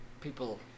people